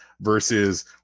versus